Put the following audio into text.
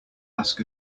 ask